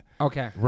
Okay